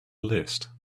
list